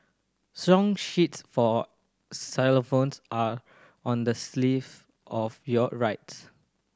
song sheets for xylophones are on the of your right